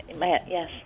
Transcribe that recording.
Yes